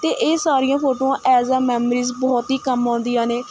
ਅਤੇ ਇਹ ਸਾਰੀਆਂ ਫੋਟੋਆਂ ਐਜ਼ ਆ ਮੈਮਰੀਜ਼ ਬਹੁਤ ਹੀ ਕੰਮ ਆਉਂਦੀਆਂ ਨੇ